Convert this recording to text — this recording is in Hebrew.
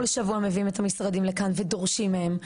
שבוע מביאים את המשרדים לכאן ודורשים מהם,